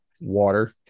water